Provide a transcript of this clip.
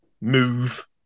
move